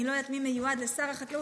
אני לא יודעת מי מיועד לשר החקלאות,